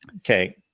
Okay